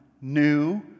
new